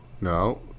No